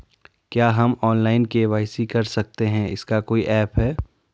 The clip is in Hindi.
क्या हम ऑनलाइन के.वाई.सी कर सकते हैं इसका कोई ऐप है?